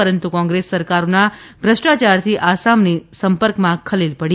પરંતુ કોંગ્રેસ સરકારોના ભ્રષ્ટાચારથી આસામની સંપર્કમાં ખલેલ પડી